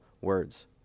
words